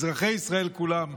אזרחי ישראל כולם,